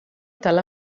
tal